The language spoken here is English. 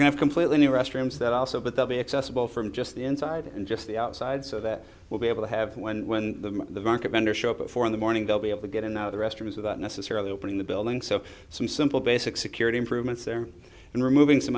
to completely new restrooms that also but they'll be accessible from just inside and just the outside so that we'll be able to have when when the market vendors show up at four in the morning they'll be able to get in the restrooms without necessarily opening the building so some simple basic security improvements there and removing some